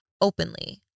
openly